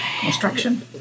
construction